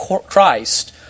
Christ